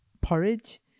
porridge